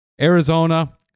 Arizona